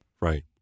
Right